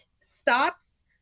stops